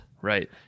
right